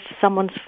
someone's